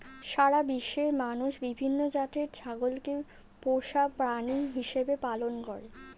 সারা বিশ্বের মানুষ বিভিন্ন জাতের ছাগলকে পোষা প্রাণী হিসেবে পালন করে